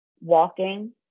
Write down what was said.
walking